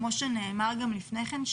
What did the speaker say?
כמו שנאמר גם לפני כן,